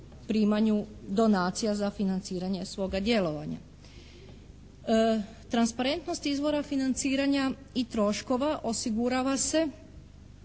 primanju donacija za financiranje svoga djelovanja. Transparentnost izvora financiranja i troškova osigurava se